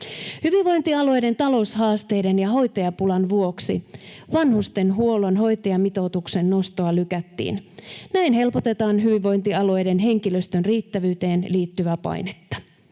Hyvinvointialueiden taloushaasteiden ja hoitajapulan vuoksi vanhustenhuollon hoitajamitoituksen nostoa lykättiin. Näin helpotetaan hyvinvointialueiden henkilöstön riittävyyteen liittyvää painetta.